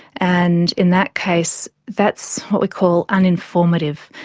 and in that case that's what we call uninformative.